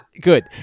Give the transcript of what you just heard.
Good